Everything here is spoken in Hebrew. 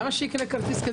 למה שיקנה כרטיס?